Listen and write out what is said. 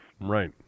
Right